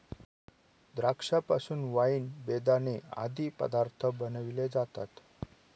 द्राक्षा पासून वाईन, बेदाणे आदी पदार्थ बनविले जातात